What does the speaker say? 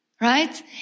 right